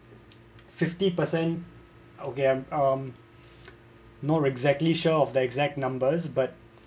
fifty percent okay I'm um not exactly sure of the exact numbers but